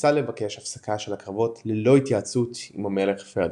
נאלצה לבקש הפסקה של הקרבות ללא התייעצות עם המלך פרדיננד.